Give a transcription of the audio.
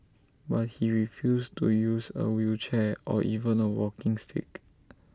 but he refused to use A wheelchair or even A walking stick